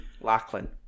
Lachlan